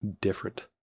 different